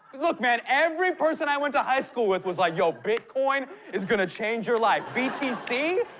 look, man, every person i went to high school with was like, yo, bitcoin is gonna change your life. btc.